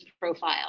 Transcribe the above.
profile